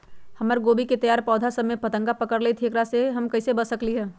हमर गोभी के तैयार पौधा सब में फतंगा पकड़ लेई थई एकरा से हम कईसे बच सकली है?